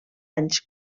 anys